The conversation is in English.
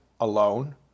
alone